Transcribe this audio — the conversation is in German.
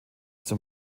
zum